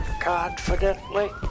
Confidently